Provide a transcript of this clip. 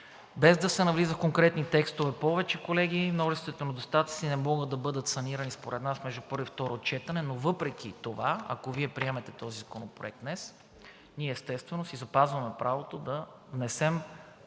Без да се навлиза в конкретни текстове повече, колеги, множеството недостатъци не могат да бъдат санирани според нас между първо и второ четене, но въпреки това, ако Вие приемете този законопроект днес, ние естествено си запазваме правото да внесем